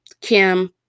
Kim